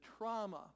trauma